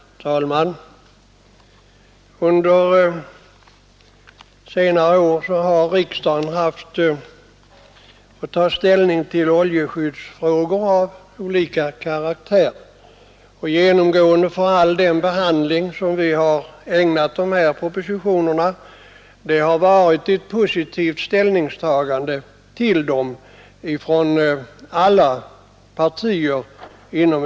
Herr talman! Under senare år har riksdagen haft att ta ställning till oljeskyddsfrågor av olika karaktär, och genomgående för all den behandling som vi har ägnat propositionerna har varit ett positivt ställningstagande till dem från alla partier.